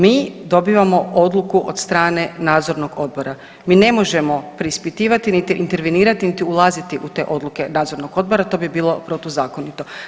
Mi dobivamo odluku od strane nadzornog odbora, mi ne možemo preispitivati niti intervenirati, niti ulaziti u te odluke nadzornog odbora to bi bilo protuzakonito.